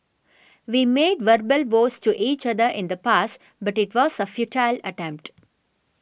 we made verbal vows to each other in the past but it was a futile attempt